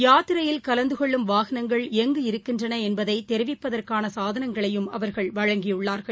யாத்திரையில் கலந்துகொள்ளும் வாகனங்கள் எங்கு இருக்கின்றனஎன்பதைதெரிவிப்பதற்கானசாதனங்களையும் அவர்கள் வழங்கியுள்ளார்கள்